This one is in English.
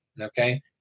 Okay